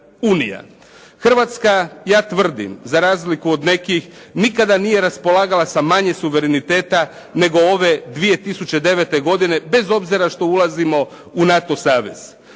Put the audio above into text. Hrvatska ja tvrdim, za razliku od nekih, nikada nije raspolagala sa manje suvereniteta nego ove 2009. godine, bez obzira što ulazimo u NATO savez.